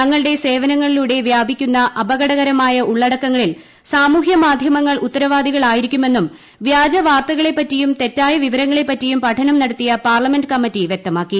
തങ്ങളുടെ സേവനങ്ങളിലൂടെ വ്യാപിക്കുന്ന അപകടകരമായ ഉള്ളടക്കങ്ങളിൽ സാമൂഹ്യമാധ്യമങ്ങൾ ഉത്തരവാദികളായിരിക്കുമെന്നും വ്യാജ വാർത്തകളെപറ്റിയും തെറ്റായ വിവരങ്ങളെപറ്റിയും പഠനം നടത്തിയ പാർലമെന്റ് കമ്മറ്റി വൃക്തമാക്കി